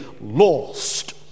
lost